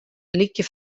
lykje